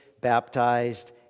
baptized